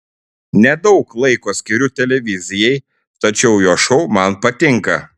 nedaug laiko skiriu televizijai tačiau jo šou man patinka